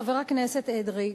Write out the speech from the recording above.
חבר הכנסת אדרי,